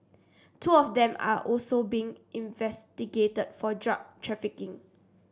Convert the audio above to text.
two of them are also being investigated for drug trafficking